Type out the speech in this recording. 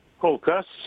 kol kas